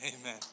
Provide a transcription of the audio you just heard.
Amen